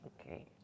Okay